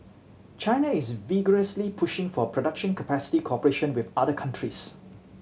China is vigorously pushing for production capacity cooperation with other countries